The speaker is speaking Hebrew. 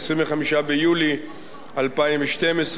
25 ביולי 2012,